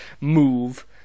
move